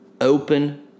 open